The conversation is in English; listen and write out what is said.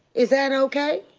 is that ok?